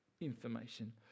information